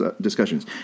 discussions